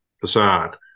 facade